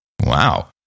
Wow